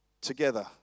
together